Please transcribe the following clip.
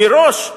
מראש,